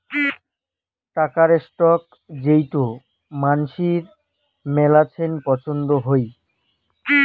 টাকার স্টক যেইটো মানসির মেলাছেন পছন্দ হই